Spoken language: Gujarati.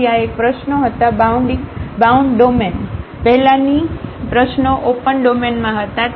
તેથી આ એક પ્રશ્નો હતી બાઉન્ડ ડોમેન પહેલાની પ્રશ્નોઓ ઓપન ડોમેનમાં હતી